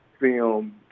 film